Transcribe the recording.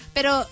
Pero